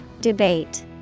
Debate